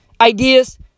ideas